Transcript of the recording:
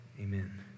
amen